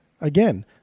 again